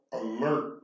alert